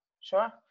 Sure